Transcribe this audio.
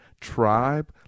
tribe